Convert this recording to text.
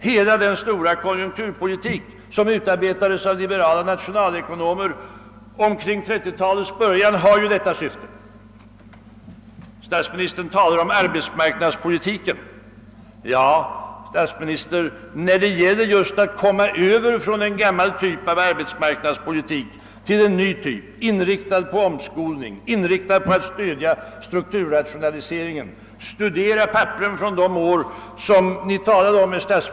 Hela den konjunkturpolitiska teori och praktik som utarbetades av liberala nationalekonomer under 1930-talets början har ju detta syfte. Statsministern talar om arbetsmarknadspolitiken. Ja, herr statsminister, när det gäller att komma över från en gammal typ av arbetsmarknadspolitik till en ny, inriktad på omskolning och på att stödja strukturrationaliseringen, så kan ni studera papperen från de år som ni talade om.